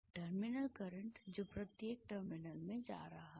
terminal current जो प्रत्येक terminal में जा रहा है